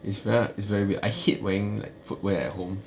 it's very like I hate wearing like footwear at home